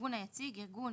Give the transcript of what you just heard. "הארגון היציג" ארגון